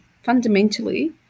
fundamentally